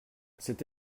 c’est